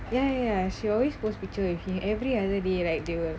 ya ya she always post picture with him every other day like they will